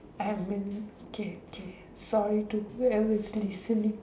I mean okay okay sorry to why I was listening